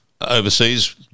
overseas